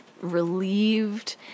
relieved